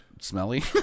Smelly